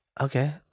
Okay